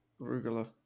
arugula